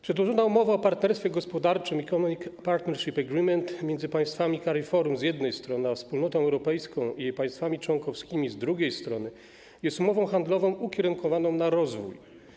Przedłożona umowa o partnerstwie gospodarczym, Economic Partnership Agreement, między państwami CARIFORUM, z jednej strony, a Wspólnotą Europejską i jej państwami członkowskimi, z drugiej strony, jest umową handlową ukierunkowaną na rozwój.